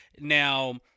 Now